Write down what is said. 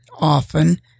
often